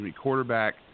quarterback